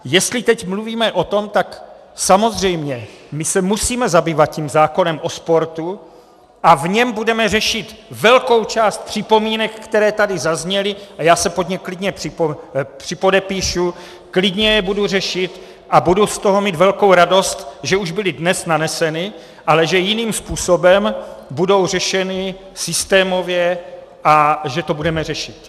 Jestli teď mluvíme o tom, tak samozřejmě my se musíme zabývat tím zákonem o sportu a v něm budeme řešit velkou část připomínek, které tady zazněly, a já se pod ně klidně připodepíšu, klidně je budu řešit a budu z toho mít velkou radost, že už byly dnes naneseny, ale že jiným způsobem budou řešeny systémově a že to budeme řešit.